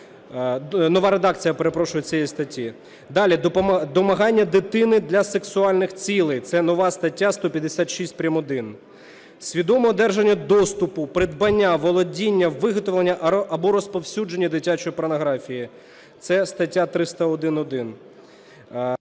Нова редакція, перепрошую, цієї статті. Далі. Домагання дитини для сексуальних цілей. Це нова стаття 156 прим.1. Свідоме одержання доступу, придбання, володіння, виготовлення або розповсюдження дитячої порнографії. Це стаття 301-1…